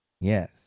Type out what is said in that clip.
Yes